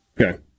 Okay